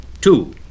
Two